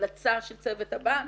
המלצה של צוות הבנק,